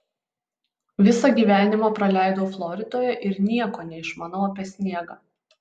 visą gyvenimą praleidau floridoje ir nieko neišmanau apie sniegą